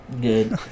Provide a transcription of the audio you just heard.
Good